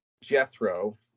Jethro